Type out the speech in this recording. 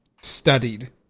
studied